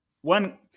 one